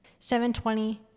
7.20